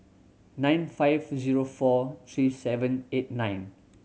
nine five zero four three seven eight nine